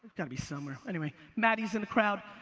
gotta be somewhere. anyway, matty's in the crowd.